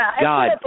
God